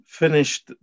finished